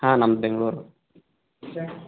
ಹಾಂ ನಮ್ದು ಬೆಂಗಳೂರು